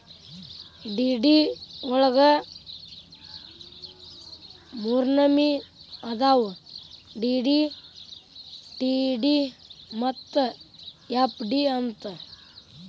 DD ವಳಗ ಮೂರ್ನಮ್ನಿ ಅದಾವು ಡಿ.ಡಿ, ಟಿ.ಡಿ ಮತ್ತ ಎಫ್.ಡಿ ಅಂತ್